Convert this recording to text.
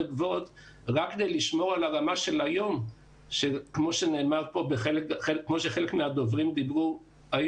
גבוהות רק כדי לשמור על הרמה של היום וכמו שחלק מהדוברים אמרו כאן,